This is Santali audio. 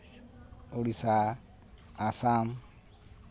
ᱩᱲᱤᱥᱥᱟ ᱟᱥᱟᱢ